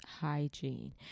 hygiene